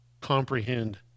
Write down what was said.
comprehend